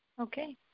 Okay